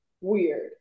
weird